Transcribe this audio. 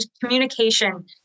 communication